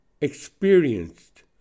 experienced